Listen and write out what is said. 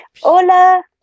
Hola